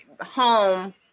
home